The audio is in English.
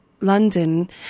London